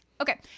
Okay